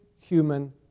human